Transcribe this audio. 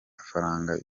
faranga